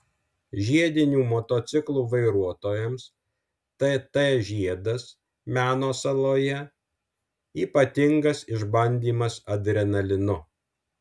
žiedinių motociklų vairuotojams tt žiedas meno saloje ypatingas išbandymas adrenalinu